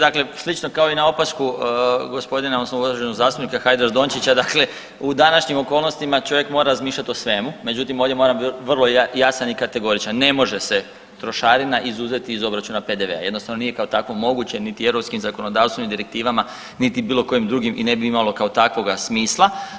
Dakle, slično kao i na opasku gospodina odnosno uvaženog zastupnika Hajdaš Dončića, dakle u današnjim okolnostima čovjek mora razmišljati o svemu, međutim ovdje moram vrlo jasan i kategoričan, ne može se trošarina izuzeti iz obračuna PDV-a jednostavno nije kao takvo moguće niti europskim zakonodavstvom i direktivama niti bilo kojim drugim i ne bi imalo kao takvoga smisla.